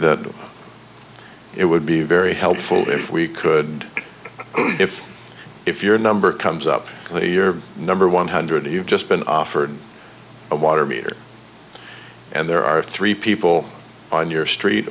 that it would be very helpful if we could if if your number comes up you're number one hundred you've just been offered a water meter and there are three people on your street